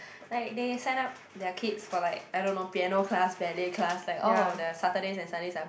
like they sign up their kids for like I don't know piano class ballet class like all of their Saturdays and Sundays are